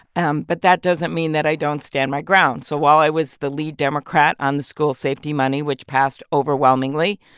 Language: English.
and but that doesn't mean that i don't stand my ground so while i was the lead democrat on the school safety money, which passed overwhelmingly,